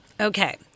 Okay